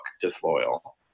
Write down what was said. disloyal